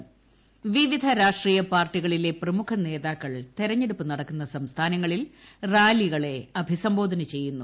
്വിവിധ രാഷ്ട്രീയ പാർട്ടികളിലെ പ്രമുഖ നേതാക്കൾ തെരഞ്ഞെടുപ്പ് നടക്കുന്ന സംസ്ഥാനങ്ങളിൽ റാലികളെ അഭിസംബോധന ചെയ്യുന്നു